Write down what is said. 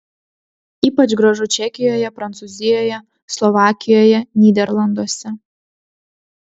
ypač gražu čekijoje prancūzijoje slovakijoje nyderlanduose